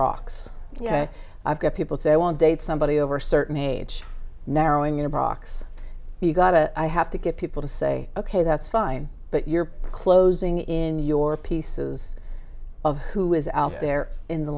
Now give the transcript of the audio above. box i've got people say i won't date somebody over a certain age narrowing in approx you got a i have to get people to say ok that's fine but you're closing in your pieces of who is out there in the